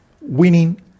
winning